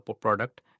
product